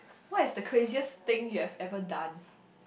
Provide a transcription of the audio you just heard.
what is the craziest thing you have ever done